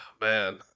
Man